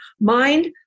mind